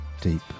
deep